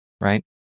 Right